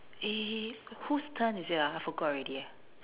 eh whose turn is it ah I forgot already eh